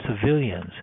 civilians